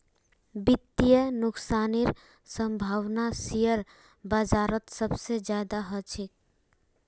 वित्तीय नुकसानेर सम्भावना शेयर बाजारत सबसे ज्यादा ह छेक